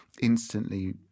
instantly